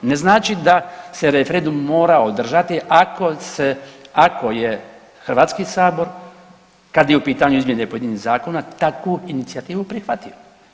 Ne znači da se referendum mora održati ako se, ako je HS kad je u pitanju izmjene pojedinih zakona, takvu inicijativu prihvatio.